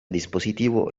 dispositivo